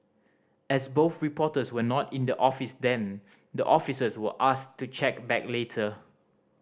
as both reporters were not in the office then the officers were asked to check back later